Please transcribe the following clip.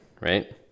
right